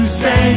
say